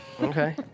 Okay